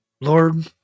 Lord